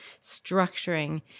structuring